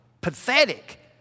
Pathetic